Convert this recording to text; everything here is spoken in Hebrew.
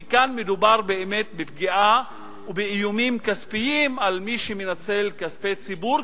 כי כאן מדובר באמת בפגיעה ובאיומים כספיים על מי שמנצל כספי ציבור,